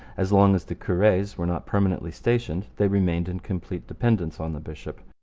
as long as the cures were not permanently stationed they remained in complete dependence on the bishop.